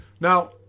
Now